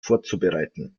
vorzubereiten